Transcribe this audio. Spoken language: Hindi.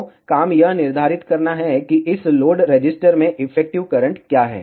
तो काम यह निर्धारित करना है कि इस लोड रेसिस्टर में इफेक्टिव करंट क्या है